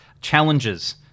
challenges